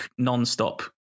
nonstop